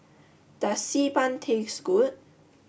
does Xi Ban taste good